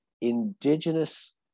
indigenous